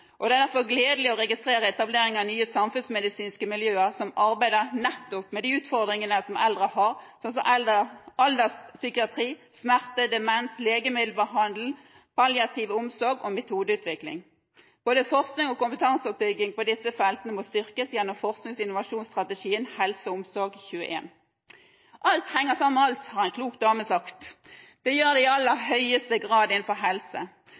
og det er derfor gledelig å registrere etableringen av nye samfunnsmedisinske miljøer som arbeider nettopp med de utfordringene eldre har, som alderspsykiatri, smerte, demens, legemiddelbehandling, palliativ omsorg og metodeutvikling. Både forskning og kompetanseoppbygging på disse feltene må styrkes gjennom forsknings- og innovasjonsstrategien HelseOmsorg21. «Alt henger sammen med alt», har en klok dame sagt. Det gjør det i aller høyeste grad innenfor helse.